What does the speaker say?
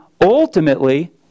ultimately